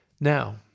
Now